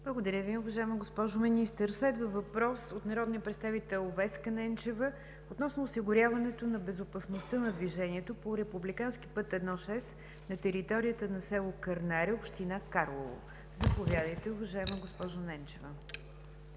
Благодаря Ви, уважаема госпожо Министър. Следва въпрос от народния представил Веска Ненчева относно осигуряването на безопасността на движението по републикански път I 6 на територията на село Кърнаре, община Карлово. Заповядайте, уважаема госпожо Ненчева.